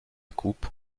coupe